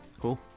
Cool